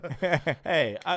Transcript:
Hey